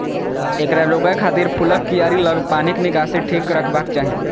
एकरा रोकै खातिर फूलक कियारी लग पानिक निकासी ठीक रखबाक चाही